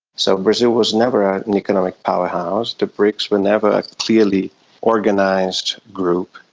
so brazil was never an economic powerhouse, the briics were never a clearly organised group,